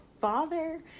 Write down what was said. father